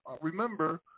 remember